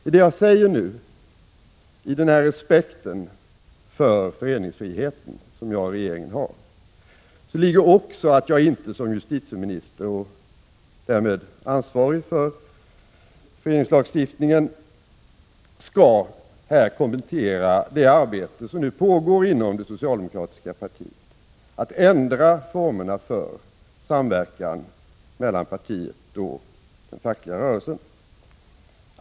I det jag säger nu, i den respekt för föreningsfriheten som jag och regeringen har ligger också att jag inte som justitieminister och därmed ansvarig för föreningslagstiftningen här skall kommentera det arbete som nu pågår inom det socialdemokratiska partiet att ändra formerna för samverkan mellan partiet och den fackliga rörelsen.